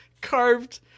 carved